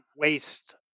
waste